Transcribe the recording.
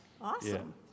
Awesome